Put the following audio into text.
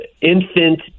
infant